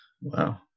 Wow